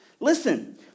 Listen